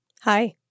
Hi